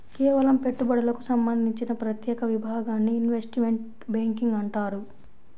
కేవలం పెట్టుబడులకు సంబంధించిన ప్రత్యేక విభాగాన్ని ఇన్వెస్ట్మెంట్ బ్యేంకింగ్ అంటారు